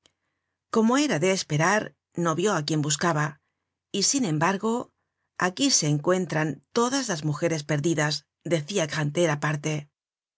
como era de esperar no vió á quien buscaba y sin embargo aquí se encuentran todas las mujeres perdidas decia grantaire aparte